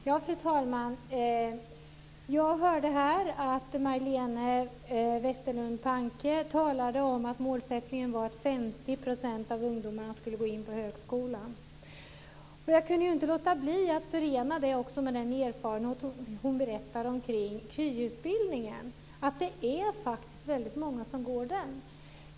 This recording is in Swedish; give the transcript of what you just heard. Fru talman! Jag hörde att Majléne Westerlund Panke talade om att målsättningen var att 50 % av ungdomarna skulle gå på högskolan. Jag kan inte låta bli att förena det med den erfarenhet av KY utbildningen hon berättar om. Det är faktiskt väldigt många som går den.